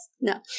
No